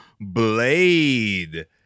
Blade